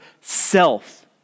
self